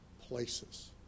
places